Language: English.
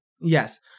Yes